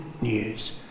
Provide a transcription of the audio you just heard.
news